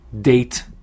date